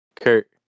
Kurt